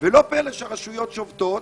ולא פלא שהרשויות שובתות,